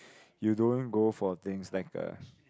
you don't go for things like a